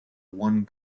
one